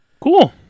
Cool